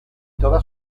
toda